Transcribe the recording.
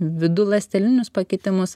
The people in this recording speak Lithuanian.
viduląstelinius pakitimus